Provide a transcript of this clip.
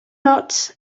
ots